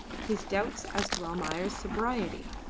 his doubts as to almayer's sobriety.